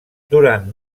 durant